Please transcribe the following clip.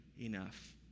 Enough